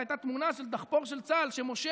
אז הייתה תמונה של דחפור של צה"ל שמושך